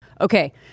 Okay